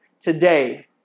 Today